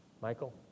Michael